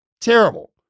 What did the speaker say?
Terrible